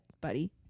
buddy